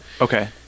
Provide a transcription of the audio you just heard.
Okay